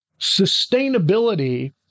sustainability